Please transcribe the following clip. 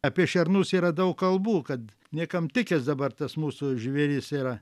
apie šernus yra daug kalbų kad niekam tikęs dabar tas mūsų žvėris yra